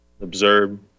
observe